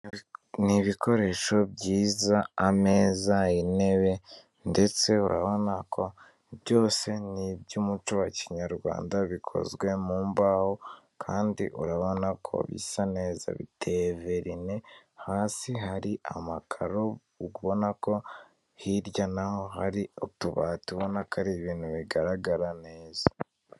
Ni ibikoresho byiza ameza, intebe ndetse urabona byose ni iby'umuco wa kinyarwanda, bikozwe mu mbaho kandi urabona ko bisa neza biteye verine, hasi hari amakaro ubona ko hirya na ho hari utubati, ubona ko ari ibintu bigaragara neza.